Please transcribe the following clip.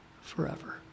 forever